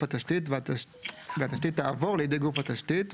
התשתית והתשתית תעבור לידי גוף התשתית,